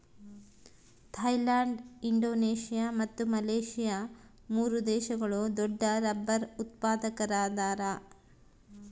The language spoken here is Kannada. ಥೈಲ್ಯಾಂಡ್ ಇಂಡೋನೇಷಿಯಾ ಮತ್ತು ಮಲೇಷ್ಯಾ ಮೂರು ದೇಶಗಳು ದೊಡ್ಡರಬ್ಬರ್ ಉತ್ಪಾದಕರದಾರ